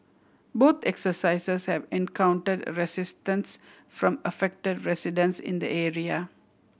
both exercises have encountered resistance from affected residents in the area